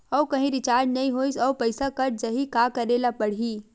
आऊ कहीं रिचार्ज नई होइस आऊ पईसा कत जहीं का करेला पढाही?